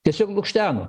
tiesiog lukšteno